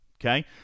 okay